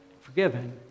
forgiven